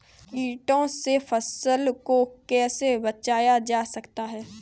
कीटों से फसल को कैसे बचाया जा सकता है?